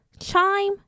Chime